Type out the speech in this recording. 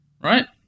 right